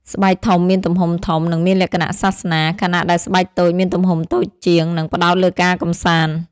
ស្បែកធំមានទំហំធំ និងមានលក្ខណៈសាសនា ខណៈដែលស្បែកតូចមានទំហំតូចជាង និងផ្តោតលើការកម្សាន្ត។